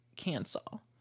cancel